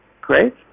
great